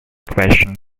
question